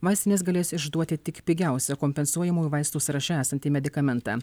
vaistinės galės išduoti tik pigiausią kompensuojamųjų vaistų sąraše esantį medikamentą